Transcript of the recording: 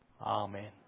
Amen